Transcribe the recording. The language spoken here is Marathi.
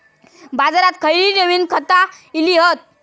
बाजारात खयली नवीन खता इली हत?